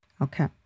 Okay